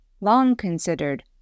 long-considered